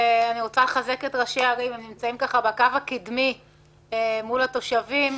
אני רוצה לחזק את ראשי הערים שנמצאים בקו הקדמי מול התושבים.